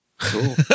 Cool